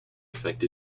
effect